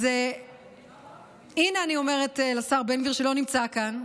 אז הינה, אני אומרת לשר בן גביר, שלא נמצא כאן,